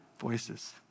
voices